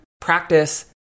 practice